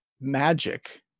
magic